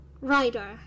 Rider